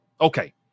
Okay